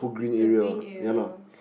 the green area